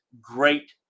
great